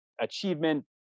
achievement-